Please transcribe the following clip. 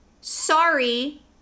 sorry